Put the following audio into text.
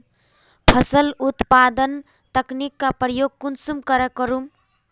फसल उत्पादन तकनीक का प्रयोग कुंसम करे करूम?